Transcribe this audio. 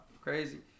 crazy